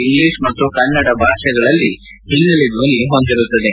English ಮತ್ತು ಕನ್ನಡ ಭಾಷೆಗಳಲ್ಲಿ ಹಿನ್ನೆಲೆ ಧ್ವನಿ ಹೊಂದಿರುತ್ತದೆ